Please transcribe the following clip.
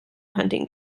hunting